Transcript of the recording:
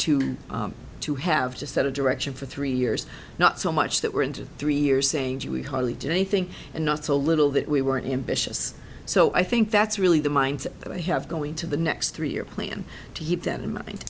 to have just a direction for three years not so much that we're into three years saying gee we hardly do anything and not so little that we weren't ambitious so i think that's really the mindset that i have going to the next three year plan to keep them in mind